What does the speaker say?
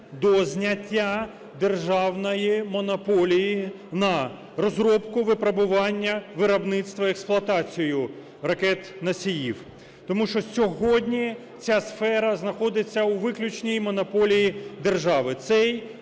до зняття державної монополії на розробку, випробування, виробництво, експлуатацію ракет-носіїв. Тому що сьогодні ця сфера знаходиться у виключній монополії держави.